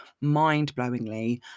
mind-blowingly